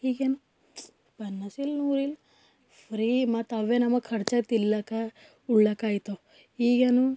ಈಗೇನ್ ಪನ್ನಾಸು ಇಲ್ಲ ನೂರಿಲ್ಲ ಫ್ರೀ ಮತ್ತು ಅವೇ ನಮಗೆ ಖರ್ಚು ತಿನ್ನೊಕ್ಕೆ ಉಣ್ಣೊಕ್ಕಾಗ್ತಾವೆ ಈಗೇನು